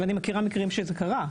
ואני מכירה מקרים שזה קרה,